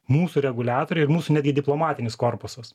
mūsų reguliatoriai ir mūsų netgi diplomatinis korpusas